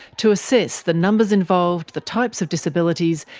to assess the numbers involved, the types of disabilities,